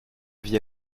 vie